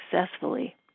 successfully